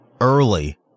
early